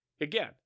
Again